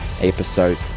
episode